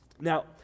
Now